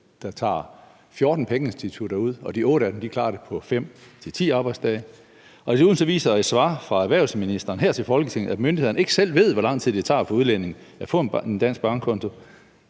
der tager 14 pengeinstitutter ud, og 8 af dem klarer det på 5-10 arbejdsdage. Desuden viser et svar fra erhvervsministeren her til Folketinget, at myndighederne ikke selv ved, hvor lang tid det tager for udlændinge at få en dansk bankkonto.